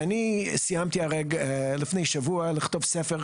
ואני סיימתי לפני שבוע לכתוב ספר,